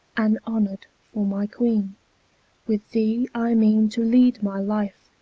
and honoured for my queene with thee i meane to lead my life,